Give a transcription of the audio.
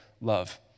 love